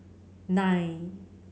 nine